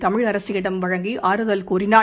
தமிழரசியிடம் வழங்கிஆறுதல் கூறினார்